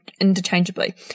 interchangeably